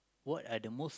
what are the most